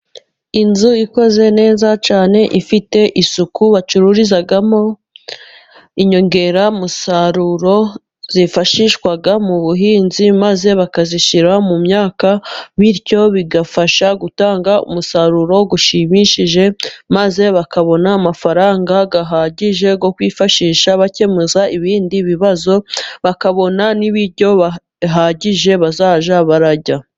Inzu ikoze neza cyane ifite isuku bacururizamo inyongeramusaruro zifashishwa mu buhinzi maze bakazishyira mu myaka, bityo bigafasha gutanga umusaruro ushimishije, maze bakabona amafaranga ahagije yo kwifashisha bakemura ibindi bibazo, bakabona n'ibiryo bihagije bazajya barya.